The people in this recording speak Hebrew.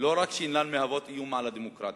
לא רק שאינן מהוות איום על הדמוקרטיה,